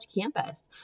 campus